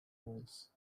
walls